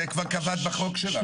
זה כבר קבעת בראש שלך.